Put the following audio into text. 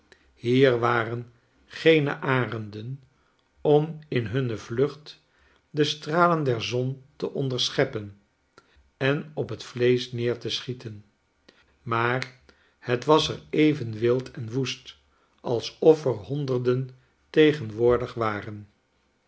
hier waren geene arenden om in hunne vlucht de stralen der zon te onderscheppen en op het vleesch neer te schieten maar het was er even wild en woest alsof er honderden tegenwoordig waren